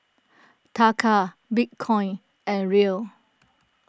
Taka Bitcoin and Riel